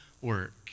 work